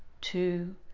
two